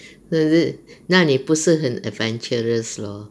oh is it 那你不是很 adventurous lor